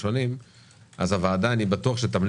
אפשר שהוועדה תקבל